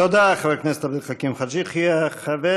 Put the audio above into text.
תודה, חבר